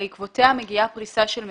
בעקבותיה מגיעה פריסה של מזומן.